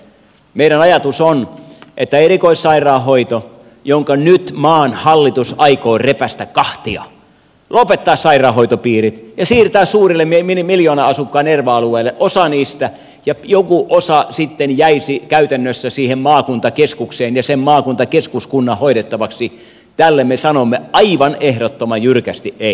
meidän ajatuksemme on että kun nyt maan hallitus aikoo repäistä erikoissairaanhoidon kahtia lopettaa sairaanhoitopiirit ja siirtää suurille miljoonan asukkaan erva alueille osan niistä ja joku osa sitten jäisi käytännössä maakuntakeskukseen ja maakuntakeskuskunnan hoidettavaksi tälle me sanomme aivan ehdottoman jyrkästi ei